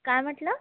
काय म्हटलं